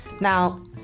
Now